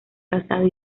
casado